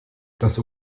das